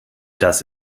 das